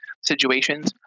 situations